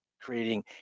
creating